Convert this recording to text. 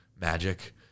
Magic